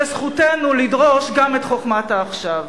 וזכותנו לדרוש גם את חוכמת העכשיו.